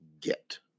get